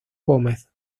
gómez